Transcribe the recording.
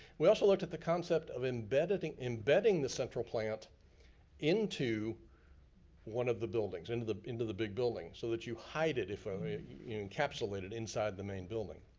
we also looked at the concept of embedding embedding the central plant into one of the buildings, into the into the big building, so that you hide it, um you encapsulate it inside the main building.